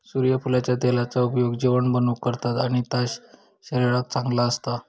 सुर्यफुलाच्या तेलाचा उपयोग जेवाण बनवूक करतत आणि ता शरीराक चांगला असता